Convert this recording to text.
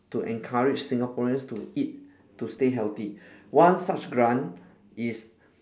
to encourage singaporeans to eat to stay healthy one such grant is